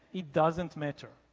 it doesn't matter.